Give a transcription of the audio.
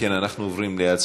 אם כן, אנחנו עוברים להצבעה.